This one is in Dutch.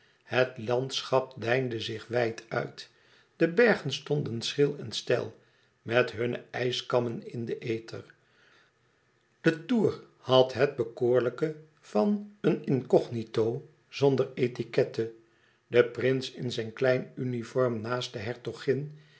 het landschap deinde zich wijd uit de bergen stonden schril en steil met hunne ijskammen in den ether de toer had het bekoorlijke van een incognito zonder etiquette de prins in zijn klein uniform naast de hertogin